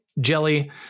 jelly